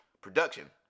production